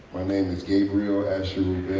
my name is gabriel asheru